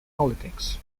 politics